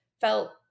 felt